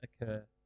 occur